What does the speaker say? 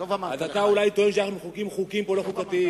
אתה טוען אולי שאנחנו מחוקקים פה חוקים לא חוקתיים,